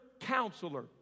counselor